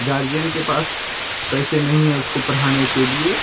guardian के पास पैसे नहीं है उसको पढ़ाने के लिए